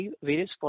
various